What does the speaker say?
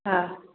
हा